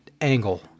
angle